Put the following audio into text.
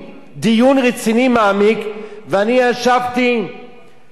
אני ישבתי עם אנשי מקצוע,